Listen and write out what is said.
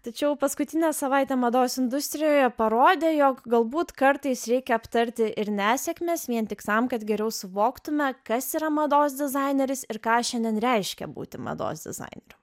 tačiau paskutinė savaitė mados industrijoje parodė jog galbūt kartais reikia aptarti ir nesėkmes vien tik tam kad geriau suvoktume kas yra mados dizaineris ir ką šiandien reiškia būti mados dizaineriu